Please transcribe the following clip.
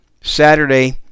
Saturday